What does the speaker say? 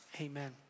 amen